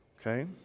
Okay